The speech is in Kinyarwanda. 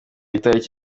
itariki